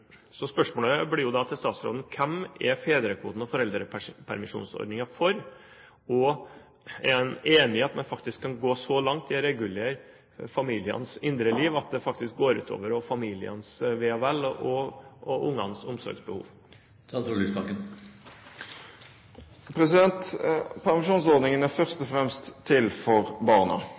Så spørsmålet blir da til statsråden: Hvem er fedrekvoten og foreldrepermisjonsordningen for? Og er han enig i at man kan gå så langt i å regulere familienes indre liv at det faktisk går ut over familienes ve og vel og barnas omsorgsbehov? Permisjonsordningen er først og fremst til for barna.